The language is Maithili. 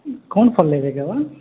कोन फल लेबेके बा